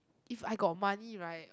if I got money right